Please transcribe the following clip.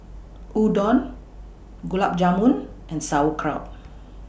Udon Gulab Jamun and Sauerkraut